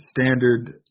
standard